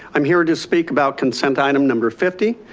i'm here to speak about consent item number fifty,